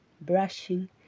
brushing